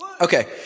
Okay